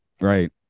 Right